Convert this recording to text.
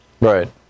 Right